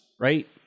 right